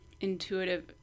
intuitive